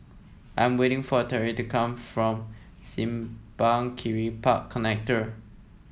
I'm waiting for Tariq to come back from Simpang Kiri Park Connector